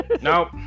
Nope